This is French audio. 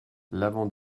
l’avant